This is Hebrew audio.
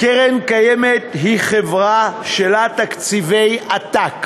"קרן קיימת היא חברה שלה תקציבי עתק